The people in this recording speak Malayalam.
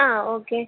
ആ ഓക്കെ